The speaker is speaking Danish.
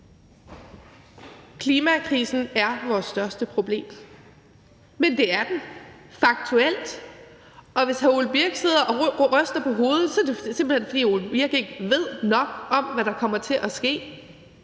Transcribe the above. Klimakrisen er vores største problem – det er den – faktuelt, men hvis hr. Ole Birk Olesen sidder og ryster på hovedet, er det, simpelt hen fordi hr. Ole Birk Olesen ikke ved nok om, hvad der kommer til at ske.